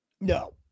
No